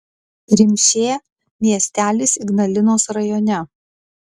rimšė miestelis ignalinos rajone